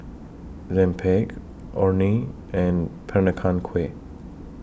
Rempeyek Orh Nee and Peranakan Kueh